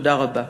תודה רבה.